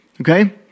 okay